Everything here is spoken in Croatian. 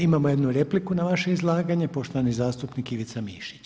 Imamo jednu repliku na vaše izlaganje, poštovani zastupnik Ivica Mišić.